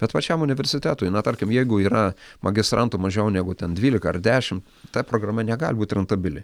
bet pačiam universitetui na tarkim jeigu yra magistrantų mažiau negu ten dvylika ar dešim ta programa negali būt rentabili